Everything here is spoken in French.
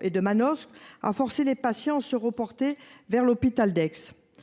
et de Manosque, a provoqué des reports vers l’hôpital d’Aix,